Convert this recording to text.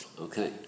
Okay